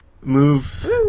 Move